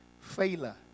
Failure